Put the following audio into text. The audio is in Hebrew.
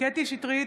קטי קטרין שטרית,